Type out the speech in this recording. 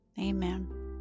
amen